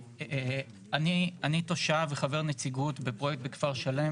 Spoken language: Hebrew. אני תושב וחבר נציגות בפרויקט בכפר שלם